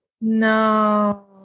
No